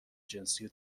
جنسی